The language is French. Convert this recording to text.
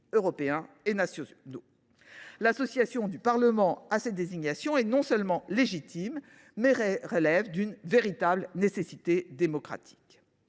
européens et nationaux. L’association du Parlement à ces désignations est non seulement légitime, mais elle constitue une véritable nécessité démocratique.